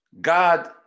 God